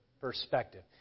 Perspective